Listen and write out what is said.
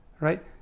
right